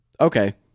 Okay